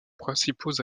principaux